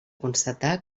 constatar